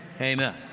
amen